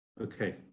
okay